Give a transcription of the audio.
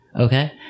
Okay